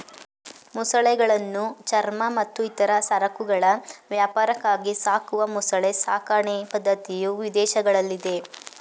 ಮೊಸಳೆಗಳನ್ನು ಚರ್ಮ ಮತ್ತು ಇತರ ಸರಕುಗಳ ವ್ಯಾಪಾರಕ್ಕಾಗಿ ಸಾಕುವ ಮೊಸಳೆ ಸಾಕಣೆ ಪದ್ಧತಿಯು ವಿದೇಶಗಳಲ್ಲಿದೆ